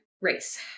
race